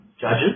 judges